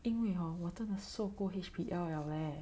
因为 hor 我真的受过 H_P_L 了 leh